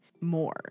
more